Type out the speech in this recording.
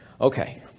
Okay